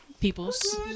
peoples